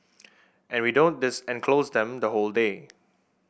and we don't this enclose them the whole day